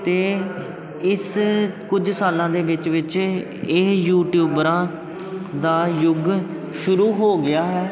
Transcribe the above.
ਅਤੇ ਇਸ ਕੁਝ ਸਾਲਾਂ ਦੇ ਵਿੱਚ ਵਿੱਚ ਇਹ ਯੂਟਿਊਬਰਾਂ ਦਾ ਯੁੱਗ ਸ਼ੁਰੂ ਹੋ ਗਿਆ